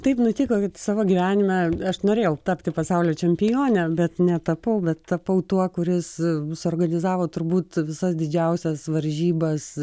taip nutiko kad savo gyvenime aš norėjau tapti pasaulio čempione bet netapau bet tapau tuo kuris suorganizavo turbūt visas didžiausias varžybas